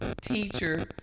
teacher